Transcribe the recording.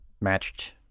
matched